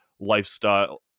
lifestyle